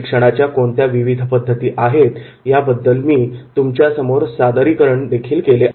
प्रशिक्षणाच्या कोणत्या विविध पद्धती आहेत याबद्दल मी तुमच्यासमोर सादरीकरणदेखील केले आहे